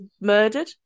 murdered